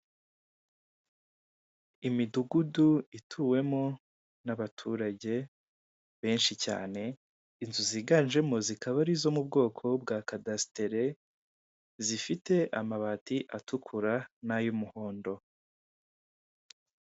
Imudugudu ituwemo n'abaturage benshi cyane, inzu ziganjemo zikaba ari izo mubwoko bwa kadasitare zifite amabati atukura n'ay'umuhondo.